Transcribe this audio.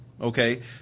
Okay